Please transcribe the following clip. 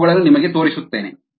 ನಾನು ಅವುಗಳನ್ನು ನಿಮಗೆ ತೋರಿಸುತ್ತೇನೆ